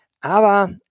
Aber